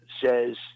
says